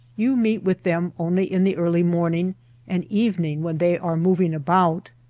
you meet with them only in the early morning and evening when they are moving about.